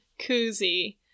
koozie